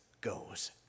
goes